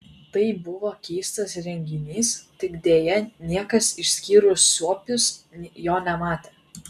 tai buvo keistas reginys tik deja niekas išskyrus suopius jo nematė